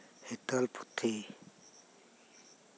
ᱦᱤᱛᱟᱹᱞ ᱯᱩᱛᱷᱤ